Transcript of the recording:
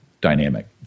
dynamic